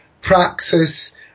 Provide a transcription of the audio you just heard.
Praxis